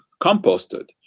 composted